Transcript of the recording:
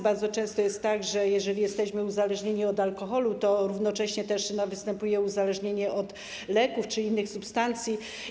Bardzo często jest tak, że jeżeli jesteśmy uzależnieni od alkoholu, to równocześnie też występuje uzależnienie od leków czy innych substancji.